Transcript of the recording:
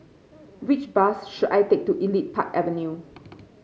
which bus should I take to Elite Park Avenue